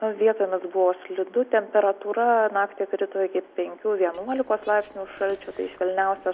o vietomis buvo slidu temperatūra naktį krito iki penkių vienuolikos laipsnių šalčio tai švelniausia